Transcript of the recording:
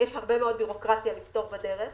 יש הרבה מאוד בירוקרטיה לפתור בדרך.